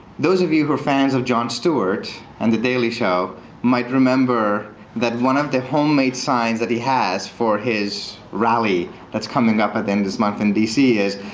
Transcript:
those of you who are friends of jon stewart and the daily show might remember that one of the homemade signs that he has for his rally that's coming up at the end of this month in dc is,